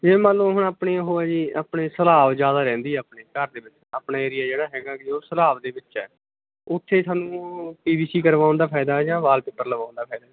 ਇਹ ਮੰਨ ਲਓ ਹੁਣ ਆਪਣੀ ਉਹ ਹੈ ਜੀ ਆਪਣੇ ਸਲਾਬ ਜ਼ਿਆਦਾ ਰਹਿੰਦੀ ਆਪਣੇ ਘਰ ਦੇ ਵਿੱਚ ਆਪਣੇ ਏਰੀਆ ਜਿਹੜਾ ਹੈਗਾ ਕਿ ਉਹ ਸਲਾਬ ਦੇ ਵਿੱਚ ਹੈ ਉੱਥੇ ਸਾਨੂੰ ਪੀ ਵੀ ਸੀ ਕਰਵਾਉਣ ਦਾ ਫ਼ਾਇਦਾ ਜਾਂ ਵਾਲਪੇਪਰ ਲਗਵਾਉਣ ਦਾ ਫ਼ਾਇਦਾ ਜੀ